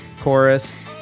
chorus